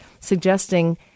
suggesting